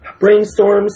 Brainstorms